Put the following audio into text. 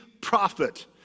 prophet